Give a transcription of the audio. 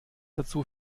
dazu